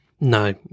No